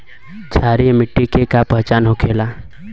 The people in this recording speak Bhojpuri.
क्षारीय मिट्टी के का पहचान होखेला?